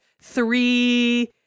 three